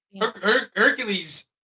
hercules